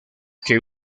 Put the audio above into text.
que